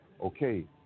okay